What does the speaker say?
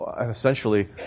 essentially